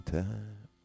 time